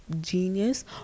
genius